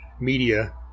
media